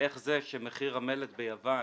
איך זה שמחיר המלט ביוון